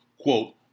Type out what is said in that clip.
Quote